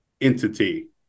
entity